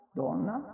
donna